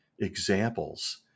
examples